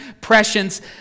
prescience